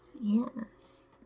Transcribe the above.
Yes